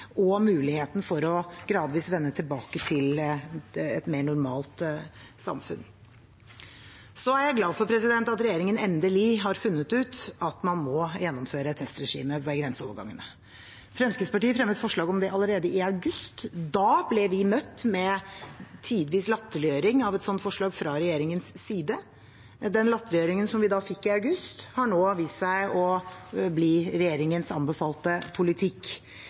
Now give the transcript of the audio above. og muligheten for gradvis å vende tilbake til et mer normalt samfunn. Jeg er glad for at regjeringen endelig har funnet ut at man må gjennomføre et testregime ved grenseovergangene. Fremskrittspartiet fremmet forslag om det allerede i august. Da ble vi tidvis møtt med latterliggjøring fra regjeringens side. Det som ble latterliggjort i august, har nå vist seg å bli regjeringens anbefalte politikk.